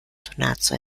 donaco